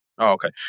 okay